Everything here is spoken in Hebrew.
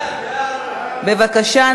בבקשה.